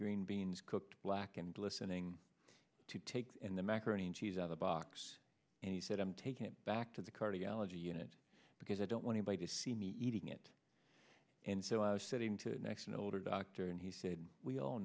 green beans cooked black and listening to take in the macaroni and cheese on the box and he said i'm taking it back to the cardiology unit because i don't want anybody to see me eating it and so i was sitting to next an older doctor and he said we all